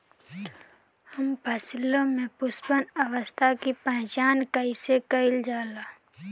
हम फसलों में पुष्पन अवस्था की पहचान कईसे कईल जाला?